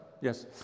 Yes